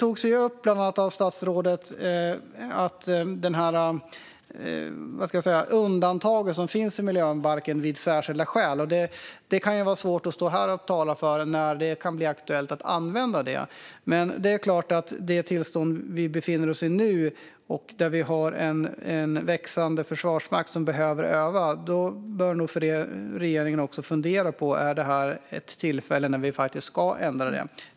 Statsrådet tog bland annat upp det undantag som finns i miljöbalken vid särskilda skäl. Det kan vara svårt att stå här och tala om när det kan bli aktuellt att använda det. Men det är klart att det tillstånd vi befinner oss i nu är att vi har en växande försvarsmakt som behöver öva. Då bör nog regeringen fundera på om det är ett tillfälle när vi ska ändra detta.